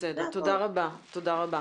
תודה רבה.